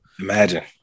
Imagine